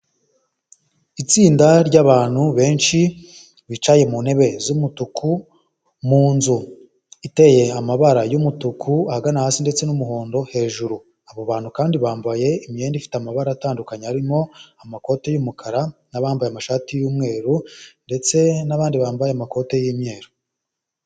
Itsinda ry'abantu benshi bicaye mu ntebe z'umutuku mu nzu iteye amabara y'umutuku ahagana hasi ndetse n'umuhondo hejuru abo bantu kandi bambaye imyenda ifite amabara atandukanye arimo amakoti y'umukara n'ababambaye amashati y'umweru ndetse n'abandi bambaye amakoti y'imweru.